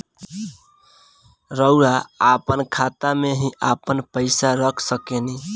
रउआ आपना खाता में ही आपन पईसा रख सकेनी